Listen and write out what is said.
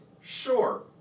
sure